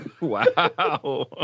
Wow